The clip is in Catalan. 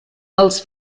els